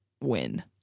win